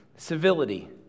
civility